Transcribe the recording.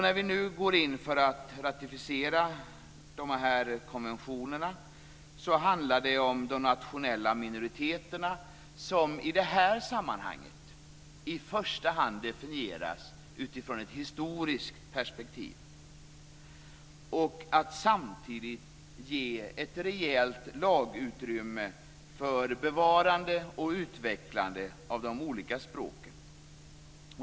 När vi nu går in för att ratificera de här konventionerna handlar det om de nationella minoriteterna, som i det här sammanhanget i första hand definieras utifrån ett historiskt perspektiv, och att samtidigt ge ett rejält lagutrymme för bevarande och utvecklande av de olika språken.